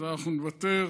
אז אנחנו נוותר.